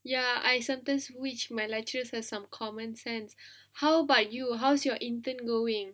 ya I sometime wish my lecturer has some common sense how about you how's your intern going